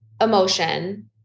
emotion